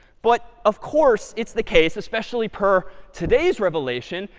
but of course it's the case, especially per today's revelation,